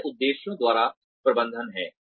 यह उद्देश्यों द्वारा प्रबंधन है